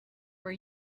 were